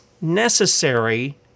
necessary